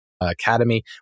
academy